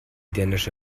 dänische